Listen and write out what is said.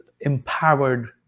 empowered